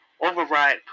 override